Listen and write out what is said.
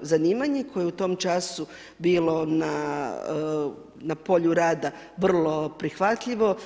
zanimanje koje je u tom času bilo na polju rada vrlo prihvatljivo.